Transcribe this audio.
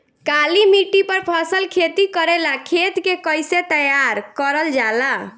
काली मिट्टी पर फसल खेती करेला खेत के कइसे तैयार करल जाला?